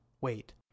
Wait